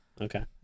okay